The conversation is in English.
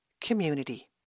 community